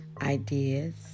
ideas